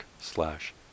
slash